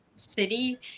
city